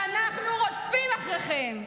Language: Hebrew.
ואנחנו רודפים אחריכם.